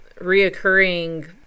reoccurring